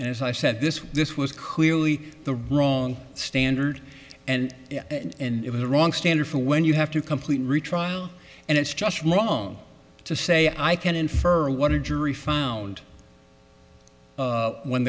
as i said this this was clearly the wrong standard and and it was the wrong standard for when you have to complete a retrial and it's just wrong to say i can infer what a jury found when